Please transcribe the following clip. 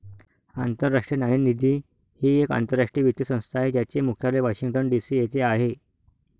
आंतरराष्ट्रीय नाणेनिधी ही एक आंतरराष्ट्रीय वित्तीय संस्था आहे ज्याचे मुख्यालय वॉशिंग्टन डी.सी येथे आहे